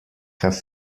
have